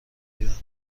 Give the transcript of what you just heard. لولند